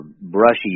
brushy